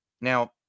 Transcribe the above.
Now